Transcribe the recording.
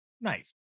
Nice